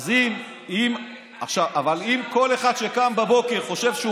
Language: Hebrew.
אבל לקחתם